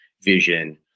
vision